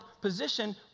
position